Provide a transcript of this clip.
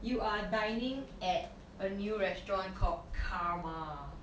you are dining at a new restaurant called karma